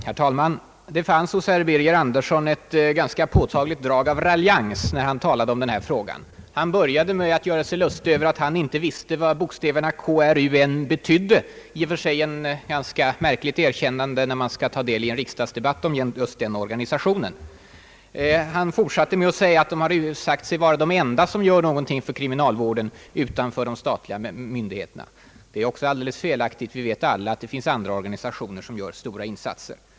Herr talman! Det fanns i herr Birger Anderssons anförande ett ganska påtagligt drag av raljans när han talade om denna fråga. Han började med att göra sig lustig över att han inte visste vad bokstäverna KRUM betydde — i och för sig ett ganska märkligt erkännande när man skall delta i en riksdagsdebatt om just den organisationen. Han fortsatte med att säga att KRUM sagt sig vara den »enda» organisation som gjorde någonting för kriminalvården utanför de statliga myndigheterna. Det är också alldeles felaktigt, ty vi vet alla att det finns andra sammanslutningar som gör stora insatser.